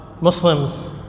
Muslims